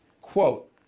quote